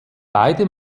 beide